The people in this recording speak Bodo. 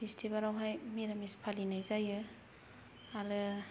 बिस्तिबारावहाय मिरामिस फालिनाय जायो आरो